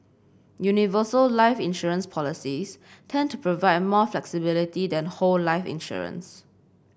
universal life insurance policies tend to provide more flexibility than whole life insurance